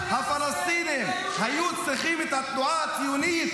הפלסטינים היו צריכים רק את התנועה הציונית